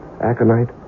aconite